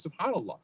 subhanAllah